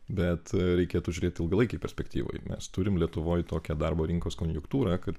bet reikėtų žiūrėti ilgalaikėj perspektyvoj mes turime lietuvoje tokią darbo rinkos konjunktūrą kad